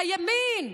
הימין.